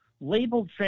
labeled